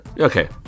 Okay